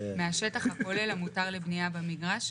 מהשטח הכולל המותר לבנייה במגרש,